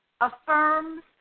affirms